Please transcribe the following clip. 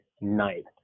ninth